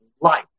life